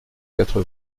quatre